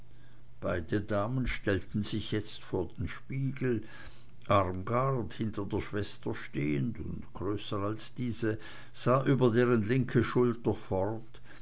beide damen stellten sich jetzt vor den spiegel armgard hinter der schwester stehend und größer als diese sah über deren linke schulter fort